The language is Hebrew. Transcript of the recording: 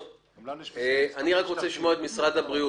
אני רוצה לשמוע את משרד הבריאות,